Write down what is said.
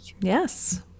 Yes